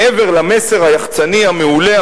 מעבר למסר היחצני המעולה,